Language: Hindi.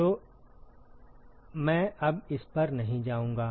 तो मैं अब इस पर नहीं जाऊंगा